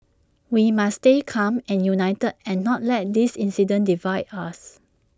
we must stay calm and united and not let this incident divide us